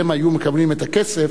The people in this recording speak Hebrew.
הם היו מקבלים את הכסף,